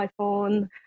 iPhone